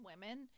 women